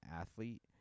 athlete